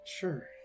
Sure